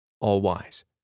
All-Wise